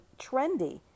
trendy